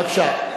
בבקשה.